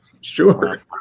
sure